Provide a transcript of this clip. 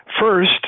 first